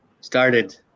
started